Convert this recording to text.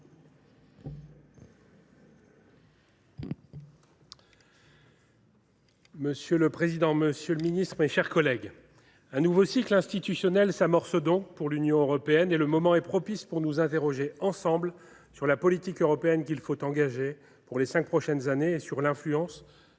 Monsieur le président, monsieur le ministre, mes chers collègues, un nouveau cycle institutionnel s’amorce pour l’Union européenne. Le moment est propice pour réfléchir ensemble à la politique européenne qu’il faut engager pour les cinq prochaines années et sur l’influence